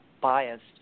biased